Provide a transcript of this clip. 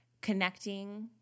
connecting